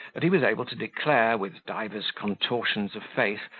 that he was able to declare, with divers contortions of face,